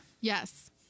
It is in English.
Yes